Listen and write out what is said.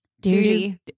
Duty